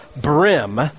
brim